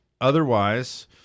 Otherwise